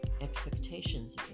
expectations